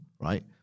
right